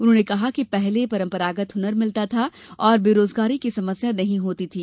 उन्होंने कहा कि पहले परम्परागत हुनर मिलता था और बेरोजगारी की समस्या नहीं होती थी